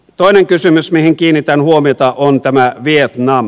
toinen kysymys mihin kiinnitän huomiota on vietnam